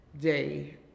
day